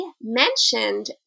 mentioned